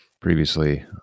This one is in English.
previously